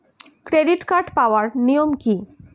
Credit card পাওয়ার নিয়ম কী?